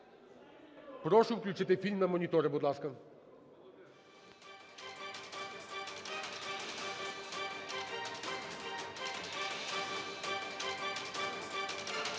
Прошу включити фільм на монітори, будь ласка.